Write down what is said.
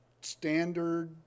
standard